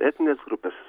etninės grupės